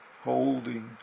Holding